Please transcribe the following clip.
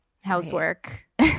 housework